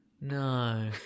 No